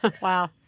Wow